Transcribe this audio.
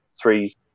three